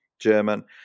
German